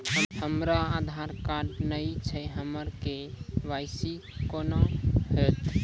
हमरा आधार कार्ड नई छै हमर के.वाई.सी कोना हैत?